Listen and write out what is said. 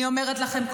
אני אומרת לכם,